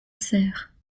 serres